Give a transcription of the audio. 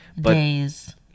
days